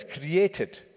created